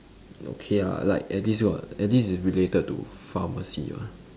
okay ah like at least got at least it's related to pharmacy [what]